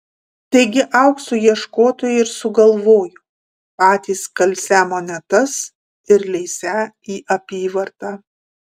taigi aukso ieškotojai ir sugalvojo patys kalsią monetas ir leisią į apyvartą